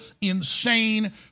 insane